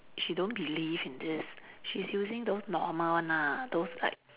she don't believe in this she's using those normal one ah those like